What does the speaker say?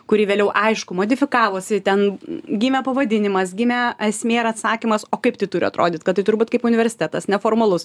kuri vėliau aišku modifikavosi ten n n gimė pavadinimas gimė esmė ir atsakymas o kaip tai turi atrodyt kad tai turi būt kaip universitetas neformalus